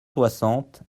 soixante